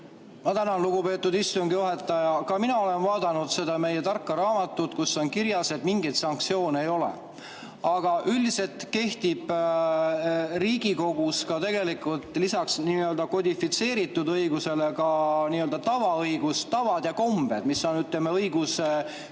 Ma tänan, lugupeetud istungi juhataja! Ka mina olen vaadanud seda meie tarka raamatut, kus on kirjas, et mingeid sanktsioone ei ole. Aga üldiselt kehtib Riigikogus lisaks nii-öelda kodifitseeritud õigusele ka nii‑öelda tavaõigus, kehtivad tavad ja kombed, mis on õiguse üks